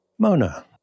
Mona